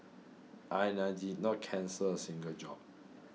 I night did not cancel a single job